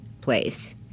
place